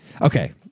Okay